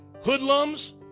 hoodlums